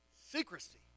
secrecy